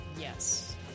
Yes